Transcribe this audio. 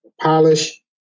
polish